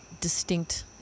distinct